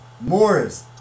Morris